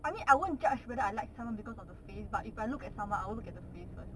I mean I won't judge whether I like someone because of the face but if I look at someone I will look at the face first